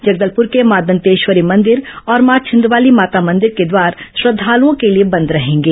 जगदलपुर के मां दंतेश्वरी मंदिर और मां छिंदवाली माता मंदिर के द्वार श्रद्दालुओं के लिए बंद रहेंगे